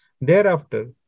Thereafter